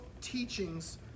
teachings